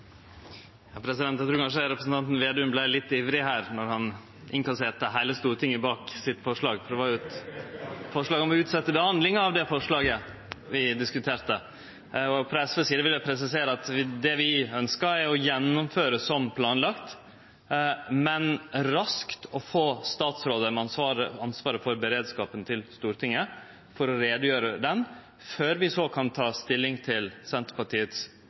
Eg trur kanskje representanten Slagsvold Vedum vart litt ivrig då han innkasserte heile Stortinget bak sitt forslag, for det var jo eit forslag om å utsetje behandlinga av det forslaget vi diskuterte. Frå SVs side vil eg presisere at det vi ønskjer, er å gjennomføre som planlagt, men raskt å få statsrådar med ansvaret for beredskapen til Stortinget for å gjere greie for det, før vi så kan ta stilling til